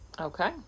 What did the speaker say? okay